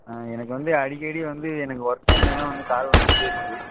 ஆ எனக்கு வந்து அடிக்கடி வந்து எனக்கு ஒர்க் டைம்லலாம் வந்து கால் வந்துக்கிட்டே இருக்குது